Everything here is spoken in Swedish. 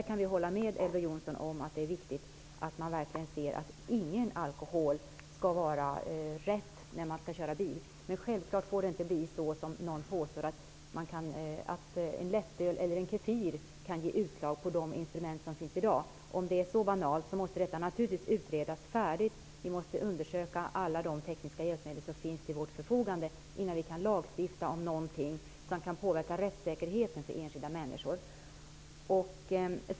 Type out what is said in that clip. Vi kan hålla med Elver Jonsson om att det är viktigt att man verkligen ser till att ingen alkohol är rätt när man kör bil. Men självfallet får det inte bli så, som någon påstår, att en lättöl eller en Kefir kan ge utslag på de instrument som finns i dag. Om det är så banalt, måste detta naturligtvis utredas färdigt. Vi måste undersöka alla de tekniska hjälpmedel som finns till vårt förfogande innan vi kan lagstifta om någonting som kan påverka rättssäkerheten för enskilda människor.